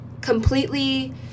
completely